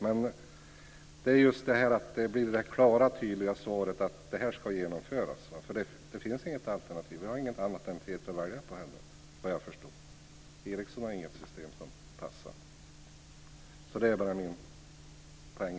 Det viktiga är just att vi får det klara och tydliga svaret att det här ska genomföras, för det finns inget alternativ. Vi har inget annat än TETRA att välja på, såvitt jag förstår. Ericsson har inget system som passar. Det är min poäng.